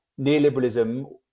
neoliberalism